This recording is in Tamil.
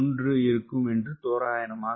9 இருக்கும் தோராயமாக